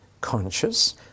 conscious